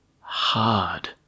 hard